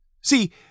See